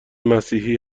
مسیحی